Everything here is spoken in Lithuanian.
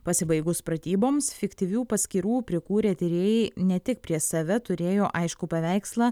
pasibaigus pratyboms fiktyvių paskyrų prikūrę tyrėjai ne tik prieš save turėjo aiškų paveikslą